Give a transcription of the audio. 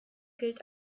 gilt